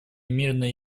мирной